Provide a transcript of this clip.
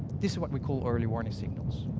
this is what we call early warning signals.